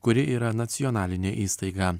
kuri yra nacionalinė įstaiga